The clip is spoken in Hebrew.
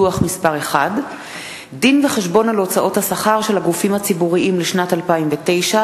דוח מס' 1. דין-וחשבון על הוצאות השכר של הגופים הציבוריים לשנת 2009,